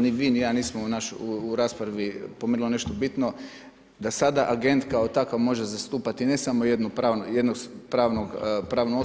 Ni vi ni ja nismo u raspravi … [[Govorni se ne razumije.]] nešto bitno da sada agent kao takav može zastupati ne samo jednu pravnu osobu, … [[Govorni